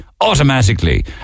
automatically